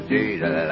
Jesus